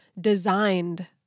designed